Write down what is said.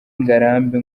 ngarambe